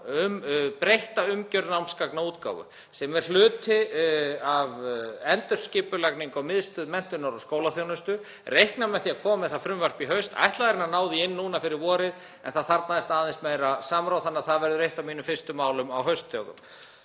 um breytta umgjörð námsgagnaútgáfu sem er hluti af endurskipulagningu og Miðstöð menntunar og skólaþjónustu. Ég reikna með því að koma með það frumvarp í haust, ég ætlaði að ná því inn núna fyrir vorið en það þarfnaðist aðeins meira samráðs þannig að það verður eitt af mínum fyrstu málum á haustdögum.